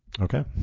Okay